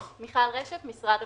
מיכל רשף, משרד המשפטים,